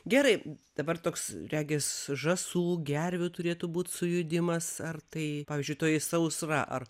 gerai dabar toks regis žąsų gervių turėtų būt sujudimas ar tai pavyzdžiui toji sausra ar